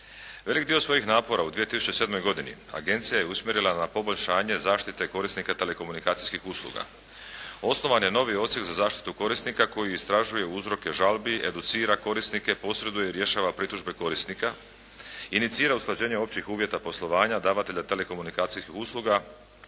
Velik dio svojih napora u 2007. godini agencija je usmjerila na poboljšanje zaštite korisnika telekomunikacijskih usluga. Osnovan je novi odsjek za zaštitu korisnika koji istražuje uzroka žalbi, educira korisnike, posreduje i rješava pritužbe korisnika, inicira usklađenje općih uvjeta poslovanja, davatelja telekomunikacijskih usluga